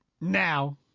now